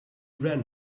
ran